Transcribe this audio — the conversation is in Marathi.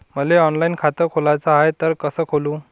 मले ऑनलाईन खातं खोलाचं हाय तर कस खोलू?